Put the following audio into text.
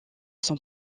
son